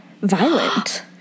Violent